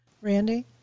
Randy